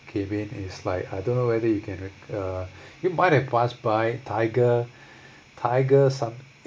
came in it's like I don't know whether you can uh you might have passed by tiger tiger some